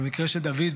ובמקרה של דוד,